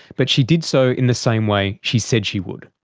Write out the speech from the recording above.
but she did so in the same way she said she would,